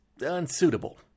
unsuitable